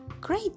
Great